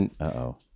Uh-oh